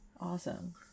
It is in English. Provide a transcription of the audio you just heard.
Awesome